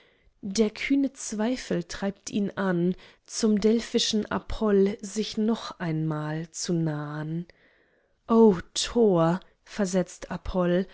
der kühne zweifel treibt ihn an zum delphischen apoll sich noch einmal zu nahn o tor versetzt apoll